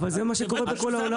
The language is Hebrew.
אבל זה מה שקורה בכל העולם.